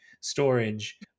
storage